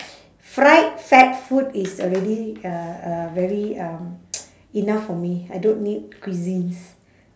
fried fat food is already uh uh very um enough for me I don't need cuisines